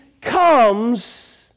comes